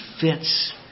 fits